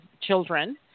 children